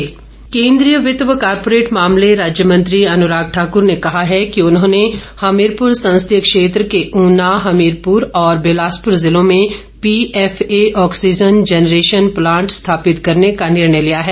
अनुराग ठाकुर केंद्रीय वित्त व कारपोरेट मामले राज्य मंत्री अनुराग ठाकूर ने कहा है कि उन्होंने हमीरपुर संसदीय क्षेत्र के ऊना हमीरपुर और बिलासपुर जिलों में पीएफए आँक्सीजन ँजेनरेशन प्लांट स्थापित करने का निर्णय लिया है